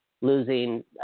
losing